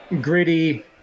gritty